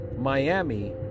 miami